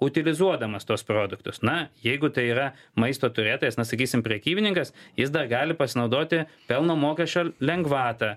utilizuodamas tuos produktus na jeigu tai yra maisto turėtojas na sakysim prekybininkas jis dar gali pasinaudoti pelno mokesčio lengvata